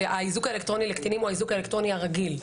האיזוק האלקטרוני לקטינים הוא האיזוק האלקטרוני הרגיל,